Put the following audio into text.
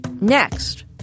Next